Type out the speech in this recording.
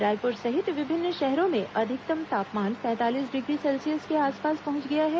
रायपुर सहित विभिन्न शहरों में अधिकतम तापमान पैंतालीस डिग्री सेल्सियस के आसपास पहुंच गया है